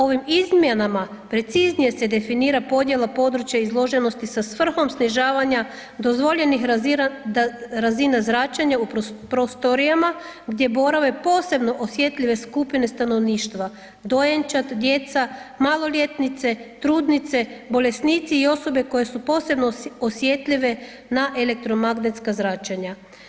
Ovim izmjenama preciznije se definira podjela područja izloženosti sa svrhom snižavanja dozvoljenih razina zračenja u prostorijama gdje borave posebno osjetljive skupine stanovništva, dojenčad, djeca, maloljetnice, trudnice, bolesnici i osobe koje su posebno osjetljive na elektromagnetska zračenja.